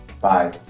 bye